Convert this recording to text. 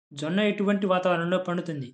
జొన్న ఎటువంటి వాతావరణంలో పండుతుంది?